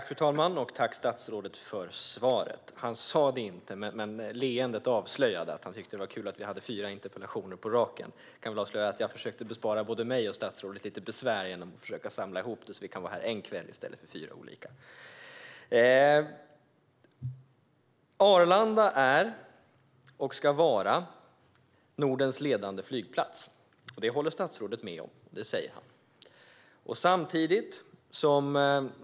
Fru talman! Jag vill tacka statsrådet för svaret. Han sa det inte, men leendet avslöjade att han tycker att det är kul att vi har fyra interpellationer på raken. Jag försökte bespara både mig själv och statsrådet lite besvär genom att försöka samla ihop det, så att vi kan vara här en kväll i stället för fyra. Arlanda är och ska vara Nordens ledande flygplats. Det håller statsrådet med om.